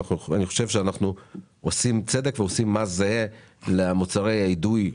אני חושב שאנחנו עושים צדק ועושים מס זהה למוצרי האידוי למיניהם,